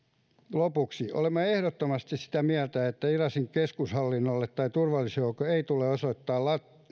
lopuksi olemme ehdottomasti sitä mieltä että irakin keskushallinnolle tai turvallisuusjoukoille ei tule osoittaa